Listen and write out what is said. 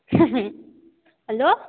hello